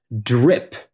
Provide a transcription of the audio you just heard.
drip